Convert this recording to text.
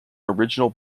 original